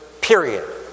period